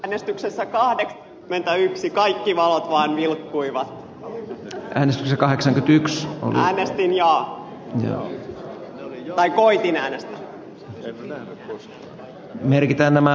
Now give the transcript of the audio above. äänestyksessä vaan lentää yksin kaikki valot vilkkuivat äänensä kaheksankytyks on nainenkin ja a tämä merkitään nämä